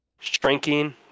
shrinking